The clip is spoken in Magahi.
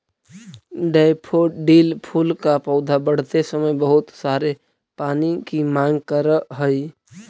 डैफोडिल फूल का पौधा बढ़ते समय बहुत सारे पानी की मांग करअ हई